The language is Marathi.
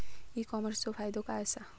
ई कॉमर्सचो फायदो काय असा?